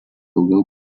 daugiau